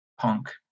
punk